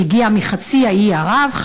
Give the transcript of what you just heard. שהגיעה מחצי האי ערב.